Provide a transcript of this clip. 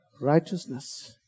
righteousness